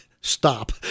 stop